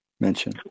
mention